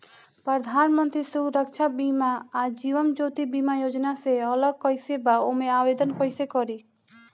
प्रधानमंत्री सुरक्षा बीमा आ जीवन ज्योति बीमा योजना से अलग कईसे बा ओमे आवदेन कईसे करी?